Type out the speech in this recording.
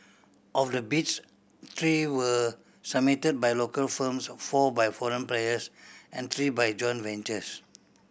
of the bids three were submit by local firms four by foreign players and three by joint ventures